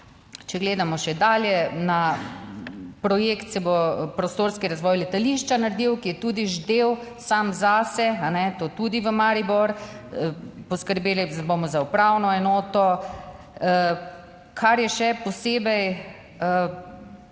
če gledamo še dalje na projekt, se bo prostorski razvoj letališča naredil, ki je tudi ždel sam zase, to tudi v Maribor. Poskrbeli bomo za upravno enoto, kar je še posebej